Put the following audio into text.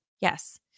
Yes